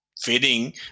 fitting